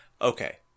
okay